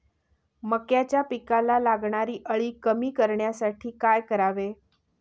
मक्याच्या पिकाला लागणारी अळी कमी करण्यासाठी काय करावे?